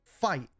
fight